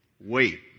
wait